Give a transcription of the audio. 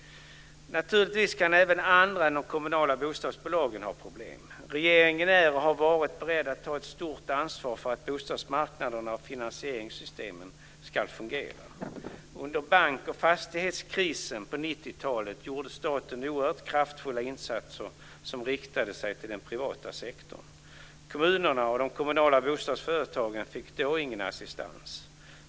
Naturligtvis kan även andra än de kommunala bostadsbolagen ha problem. Regeringen är - och har varit - beredd att ta ett stort ansvar för att bostadsmarknaderna och finansieringssystemen ska fungera. Under bank och fastighetskrisen på 90-talet gjorde staten oerhört kraftfulla insatser som riktades till den privata sektorn. Kommunerna, och de kommunala bostadsföretagen, fick då ingen assistans.